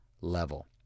level